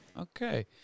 okay